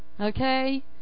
okay